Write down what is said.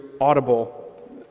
audible